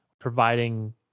Providing